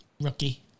rookie